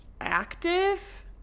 active